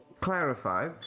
clarify